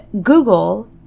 Google